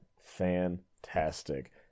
fantastic